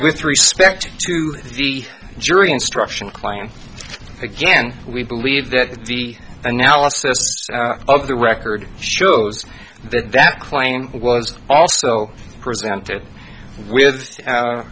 with respect to the jury instruction client again we believe that the analysis of the record shows that that claim was also presented with